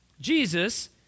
Jesus